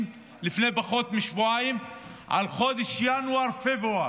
לפני פחות משבועיים על חודשים ינואר-פברואר,